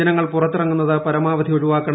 ജനങ്ങൾ പുറത്തിറങ്ങുന്നത് പരമാവധി ഒഴിവാക്കണം